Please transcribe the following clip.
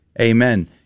Amen